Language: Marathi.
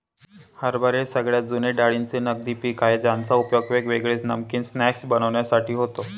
हरभरे सगळ्यात जुने डाळींचे नगदी पिक आहे ज्याचा उपयोग वेगवेगळे नमकीन स्नाय्क्स बनविण्यासाठी होतो